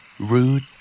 rude